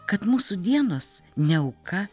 kad mūsų dienos ne auka